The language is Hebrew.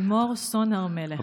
לימור סון הר מלך.